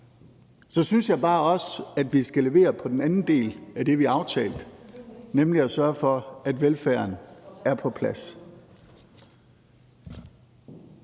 Så synes jeg bare også, at vi skal levere på den anden del af det, vi aftalte, nemlig at sørge for, at velfærden er på plads.